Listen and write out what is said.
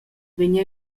vegn